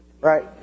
Right